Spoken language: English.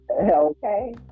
Okay